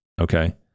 Okay